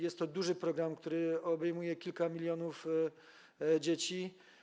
Jest to duży program, który obejmuje kilka milionów dzieci.